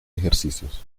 ejercicios